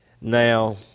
Now